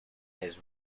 his